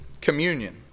Communion